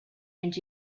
and